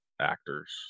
actors